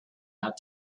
out